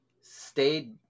stayed